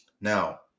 Now